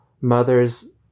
mothers